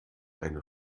eine